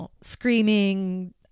screaming